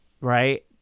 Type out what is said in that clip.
right